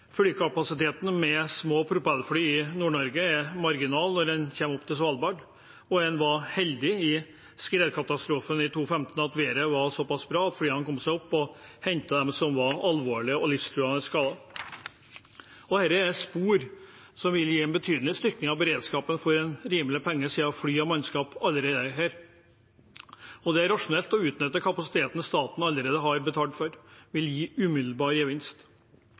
Flykapasiteten med små propellfly i Nord-Norge er marginal når en kommer opp til Svalbard, og en var heldig i skredkatastrofen i 2015 med at været var såpass bra, at flyene kom seg opp og hentet dem som var alvorlig og livstruende skadet. Dette er et spor som vil gi en betydelig styrking av beredskapen for en rimelig penge, siden fly og mannskap allerede er her. Det er rasjonelt å utnytte kapasiteten staten allerede har betalt for, og det vil gi umiddelbar gevinst.